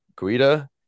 Guida